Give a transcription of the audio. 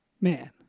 Man